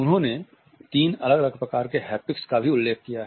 उन्होंने तीन अलग अलग प्रकार के हैप्टिक्स का भी उल्लेख किया है